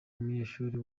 umunyeshuri